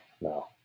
No